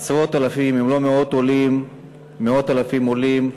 עשרות אלפים, אם לא מאות, מאות אלפי עולים,